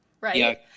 right